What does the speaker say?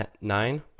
nine